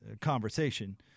conversation